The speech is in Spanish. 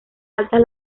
altas